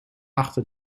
achter